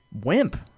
wimp